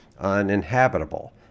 uninhabitable